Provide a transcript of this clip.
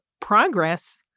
progress